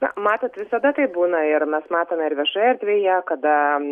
na matot visada taip būna ir mes matome ir viešoje erdvėje kada